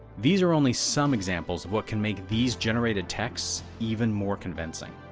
these are only some examples of what can make these generated texts even more convincing.